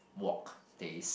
wok taste